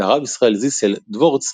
והרב ישראל זיסל דבורץ,